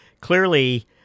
clearly